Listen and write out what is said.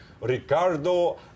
Ricardo